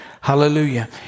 Hallelujah